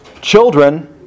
Children